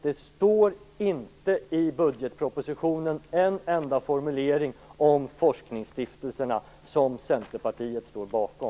Det står inte en enda formulering i budgetpropositionen om forskningsstiftelserna som Centerpartiet står bakom.